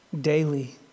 daily